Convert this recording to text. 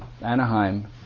Anaheim